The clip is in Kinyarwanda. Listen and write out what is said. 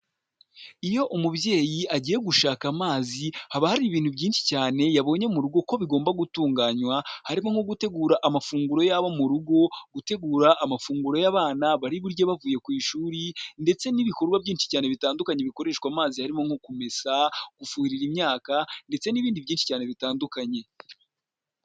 Iyo umubyeyi agiye gushaka amazi haba hari ibintu byinshi cyane yabonye mu rugo ko bigomba gutunganywa harimo nko gutegura amafunguro y'abo mu rugo, gutegura amafunguro y'abana bari burye bavuye ku ishuri, ndetse n'ibikorwa byinshi cyane bitandukanye bikoreshwa amazi birimo nko kumesa, gufuhira imyaka ndetse n'ibindi byinshi cyane bitandukanye.